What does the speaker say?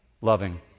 Loving